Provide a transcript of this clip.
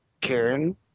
Karen